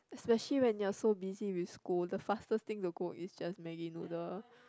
especially when you're so busy with school the fastest thing to cook is just maggi noodle